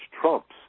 trumps